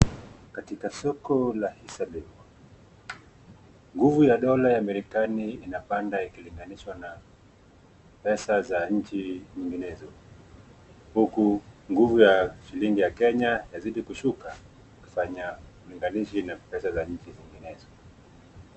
Katika soko la hisa, nguvu ya dola ya marekani inapanda ikilinganishwa na pesa za nchi nyinginezo huku nguvu ya shilingi ya kenya inazidi kushuka ukifanya ulinganishi na pesa za nchi zinginezo.